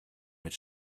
mit